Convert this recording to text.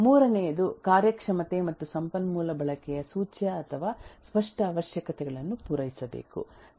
ಮೂರನೆಯದು ಕಾರ್ಯಕ್ಷಮತೆ ಮತ್ತು ಸಂಪನ್ಮೂಲ ಬಳಕೆಯ ಸೂಚ್ಯ ಅಥವಾ ಸ್ಪಷ್ಟ ಅವಶ್ಯಕತೆಗಳನ್ನು ಪೂರೈಸಬೇಕು